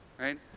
right